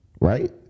right